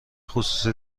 خصوصی